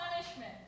Punishment